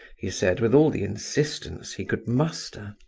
he said, with all the insistence he could muster.